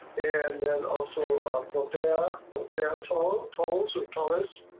and then also took their took their toll tolls or call us.